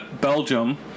Belgium